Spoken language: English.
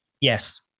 Yes